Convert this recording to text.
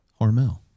Hormel